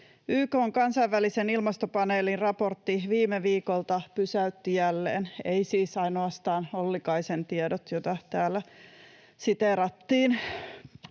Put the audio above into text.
YK:n kansainvälisen ilmastopaneelin raportti viime viikolta pysäytti jälleen — eivät siis ainoastaan Ollikaisen tiedot, joita täällä siteerattiin.